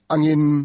Angin